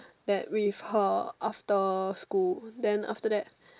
that with her after school then after that